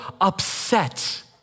upset